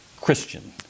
Christian